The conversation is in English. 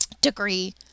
degree